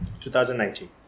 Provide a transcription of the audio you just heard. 2019